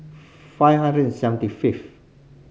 five hundred and seventy fifth